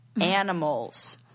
animals